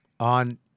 On